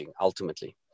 Ultimately